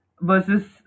versus